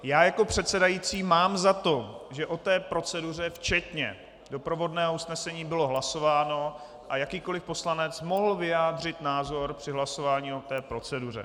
Já jako předsedající mám za to, že o proceduře včetně doprovodného usnesení bylo hlasováno a jakýkoli poslanec mohl vyjádřit názor při hlasování o proceduře.